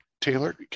Taylor